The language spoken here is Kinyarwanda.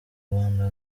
rwanda